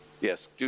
yes